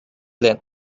then